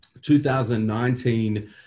2019